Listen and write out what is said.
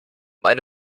eine